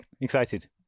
Excited